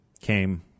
came